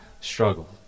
struggle